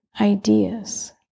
ideas